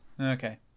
Okay